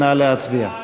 נא להצביע.